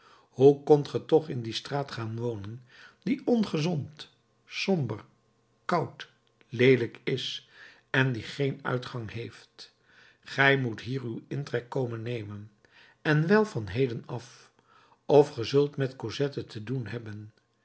hoe kondt ge toch in die straat gaan wonen die ongezond somber koud leelijk is en die geen uitgang heeft gij moet hier uw intrek komen nemen en wel van heden af of ge zult met cosette te doen hebben